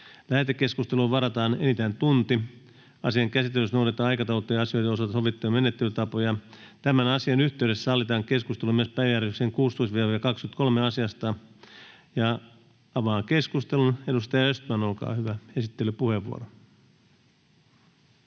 Lähetekeskusteluun varataan enintään tunti. Asian käsittelyssä noudatetaan aikataulutettujen asioiden osalta sovittuja menettelytapoja. Tämän asian yhteydessä sallitaan keskustelu myös päiväjärjestyksen 16.—23. asiasta. Avaan keskustelun. Edustaja Östman, olkaa hyvä, esittelypuheenvuoro.